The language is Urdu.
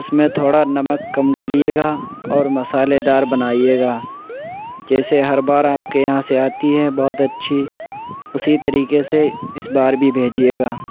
اس میں تھوڑا نمک کم ڈالیے گا اور مسالے دار بنائیے گا جیسے ہر بار آپ کے یہاں سے آتی ہے بہت اچھی اسی طریقے اس بار بھی بھجیے گا